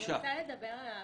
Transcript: אני רוצה לדבר על הפיקוח.